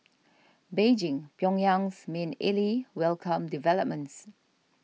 Beijing Pyongyang's main ally welcomed developments